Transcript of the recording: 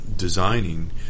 designing